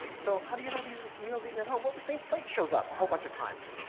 so how do you know these are meals eaten at home? well the same plate shows up a whole bunch of times.